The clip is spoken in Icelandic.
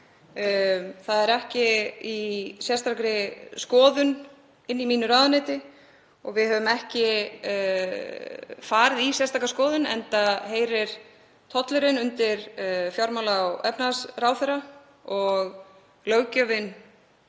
Það er ekki í sérstakri skoðun í ráðuneyti mínu og við höfum ekki farið í sérstaka skoðun, enda heyrir tollurinn undir fjármála- og efnahagsráðherra og löggjöfin